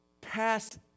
pass